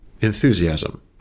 enthusiasm